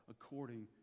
according